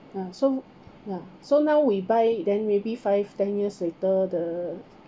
ya so ya so now we buy then maybe five ten years later the